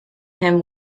him